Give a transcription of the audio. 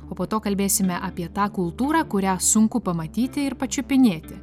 o po to kalbėsime apie tą kultūrą kurią sunku pamatyti ir pačiupinėti